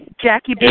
Jackie